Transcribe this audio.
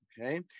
Okay